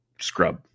scrub